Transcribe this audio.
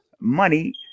money